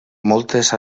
moltes